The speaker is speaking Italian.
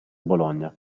bologna